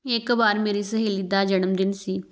ਇੱਕ ਵਾਰ ਮੇਰੀ ਸਹੇਲੀ ਦਾ ਜਨਮਦਿਨ ਸੀ